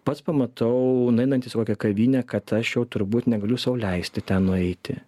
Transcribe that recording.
pats pamatau nueinantis į kokią kavinę kad aš jau turbūt negaliu sau leisti ten nueiti